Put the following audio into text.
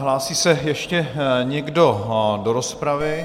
Hlásí se ještě někdo do rozpravy?